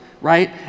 right